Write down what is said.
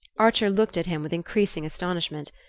archer looked at him with increasing astonishment.